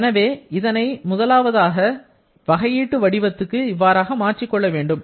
எனவே இதனை முதலாவதாக வகையீட்டு வடிவத்துக்கு இவ்வாறாக மாற்றிக்கொள்ள வேண்டும்